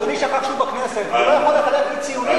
אדוני שכח שהוא בכנסת ולא יכול לחלק לי ציונים,